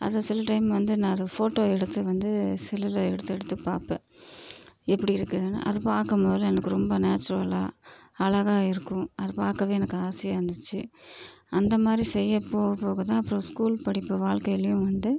அதை சில டைம் வந்து நான் அதை ஃபோட்டோ எடுத்து வந்து செல்லில் எடுத்து எடுத்து பார்ப்பேன் எப்படி இருக்குதுனு அதை பார்க்க போது எனக்கு ரொம்ப நேச்சுரலாக அழகாக இருக்கும் அது பார்க்கவே எனக்கு ஆசையாக இருந்துச்சு அந்த மாதிரி செய்ய போக போக தான் அப்புறம் ஸ்கூல் படிப்பு வாழ்க்கையிலேயும் வந்து